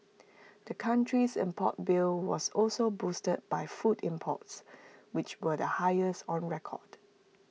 the country's import bill was also boosted by food imports which were the highest on record